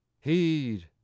heed